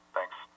Thanks